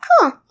Cool